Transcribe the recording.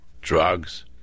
drugs